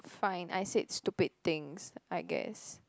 fine I said stupid things I guess